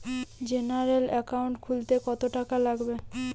General account খুলতে কত টাকা লাগবে?